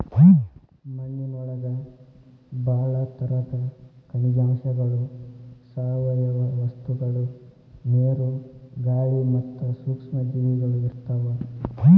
ಮಣ್ಣಿನೊಳಗ ಬಾಳ ತರದ ಖನಿಜಾಂಶಗಳು, ಸಾವಯವ ವಸ್ತುಗಳು, ನೇರು, ಗಾಳಿ ಮತ್ತ ಸೂಕ್ಷ್ಮ ಜೇವಿಗಳು ಇರ್ತಾವ